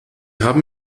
haben